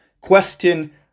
question